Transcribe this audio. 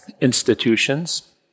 institutions